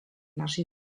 hasi